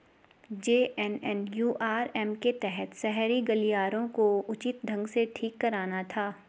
JNNURM के तहत शहरी गलियारों को उचित ढंग से ठीक कराना था